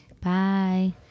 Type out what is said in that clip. Bye